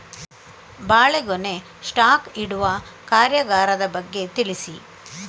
ಬಾಳೆಗೊನೆ ಸ್ಟಾಕ್ ಇಡುವ ಕಾರ್ಯಗಾರದ ಬಗ್ಗೆ ತಿಳಿಸಿ